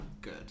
good